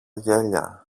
γέλια